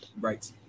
Right